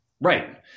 right